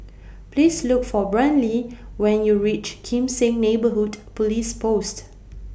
Please Look For Brynlee when YOU REACH Kim Seng Neighbourhood Police Post